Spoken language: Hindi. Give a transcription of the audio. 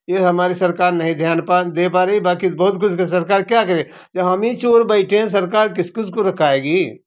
ये हमारी सरकार नहीं ध्यान दे पा रही बाकी बहुत सरकार क्या करे जब हम ही चोर बैठे है सरकार किस किस को रोकेगी